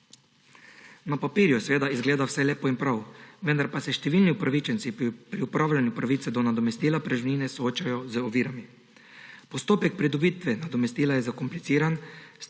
Na papirju izgleda vse lepo in prav, vendar pa se številni upravičenci pri upravljanju pravice do nadomestila preživnine soočajo z ovirami. Postopek pridobitve nadomestila je zakompliciran,